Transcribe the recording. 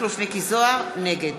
נגד